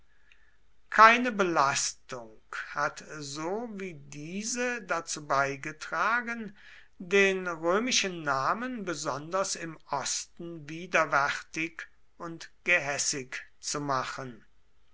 keine belastung hat so wie diese dazu beigetragen den römischen namen besonders im osten widerwärtig und gehässig zu machen